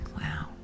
Wow